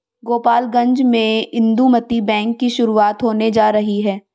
गोपालगंज में इंदुमती बैंक की शुरुआत होने जा रही है